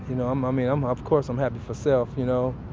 you know um ah mean i'm of course um happy for myself, you know